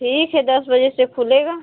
ठीक है दस बजे से खुलेगा